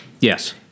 Yes